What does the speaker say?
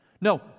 No